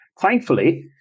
Thankfully